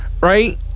right